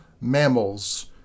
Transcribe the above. mammals